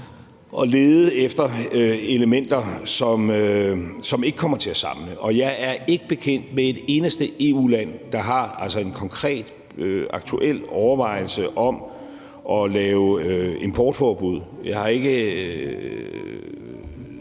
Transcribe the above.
at lede efter elementer, som ikke kommer til at samle. Jeg er ikke bekendt med et eneste EU-land, der har en konkret, aktuel overvejelse om at lave importforbud. Jeg har ikke